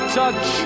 touch